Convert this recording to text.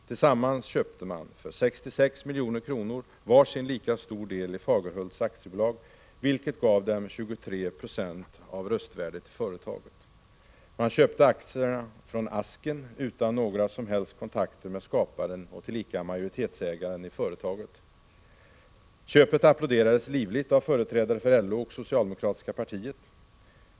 Tillsammans köpte man för 66 milj.kr. var sin lika stor del i Fagerhults AB, vilket gav dem 23 96 av röstvärdet i företaget. Man köpte aktierna från Asken utan några som helst kontakter med skaparen och tillika majoritetsägaren i företaget. Köpet applåderades livligt av företrädare för LO och socialdemokratiska partiet.